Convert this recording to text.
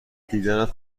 دیدنت